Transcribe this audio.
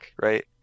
right